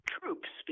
troops